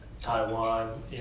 Taiwan